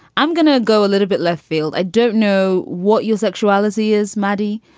i'm gonna go a little bit left field. i don't know what your sexuality is, muddy,